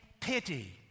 pity